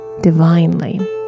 divinely